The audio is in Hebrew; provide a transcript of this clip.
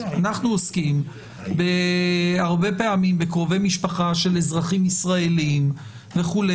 אנחנו עוסקים הרבה פעמים בקרובי משפחה של אזרחים ישראלים וכו',